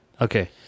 Okay